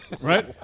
Right